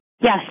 Yes